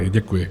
Děkuji.